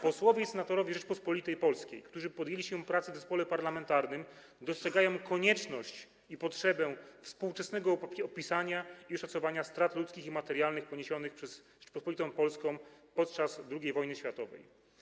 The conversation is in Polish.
Posłowie i senatorowie Rzeczypospolitej Polskiej, którzy podjęli się pracy w zespole parlamentarnym, dostrzegają konieczność i potrzebę współczesnego opisania i oszacowania strat ludzkich i materialnych poniesionych przez Rzecząpospolitą Polską podczas II wojny światowej.